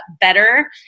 better